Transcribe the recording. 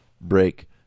break